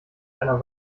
einer